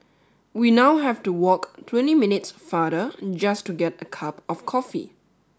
we now have to walk twenty minutes farther just to get a cup of coffee